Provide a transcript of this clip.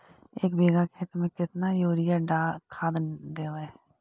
एक बिघा खेत में केतना युरिया खाद देवै?